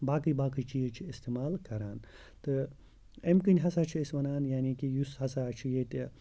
باقٕے باقٕے چیٖز چھِ استعمال کَران تہٕ اَمہِ کِنۍ ہَسا چھِ أسۍ وَنان یعنی کہِ یُس ہَسا چھُ ییٚتہِ